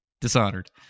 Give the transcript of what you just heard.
Dishonored